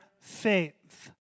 faith